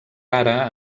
ara